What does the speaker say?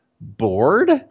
bored